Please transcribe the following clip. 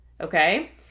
Okay